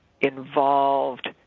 involved